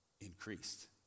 increased